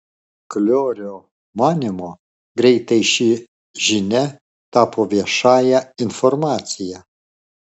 kliorio manymu greitai ši žinia tapo viešąja informacija